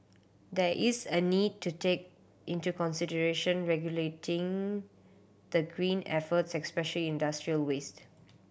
there is a need to take into consideration regulating the green efforts especially industrial waste